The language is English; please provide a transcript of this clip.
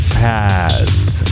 pads